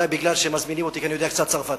אולי בגלל שמזמינים אותי כי אני יודע קצת צרפתית,